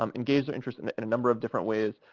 um engage their interest in in a number of different ways.